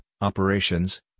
operations